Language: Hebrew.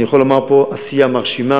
אני יכול לומר פה, בעשייה מרשימה.